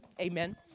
Amen